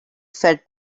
felt